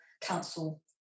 council